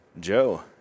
Joe